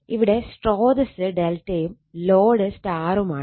ഇവിടെ സ്രോതസ്സ് ∆ യും ലോഡ് Y ഉം ആണ്